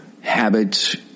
habits